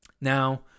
Now